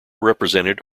represented